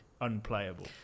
unplayable